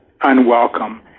unwelcome